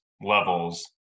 levels